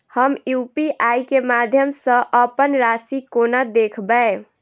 हम यु.पी.आई केँ माध्यम सँ अप्पन राशि कोना देखबै?